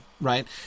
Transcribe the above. right